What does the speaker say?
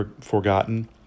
forgotten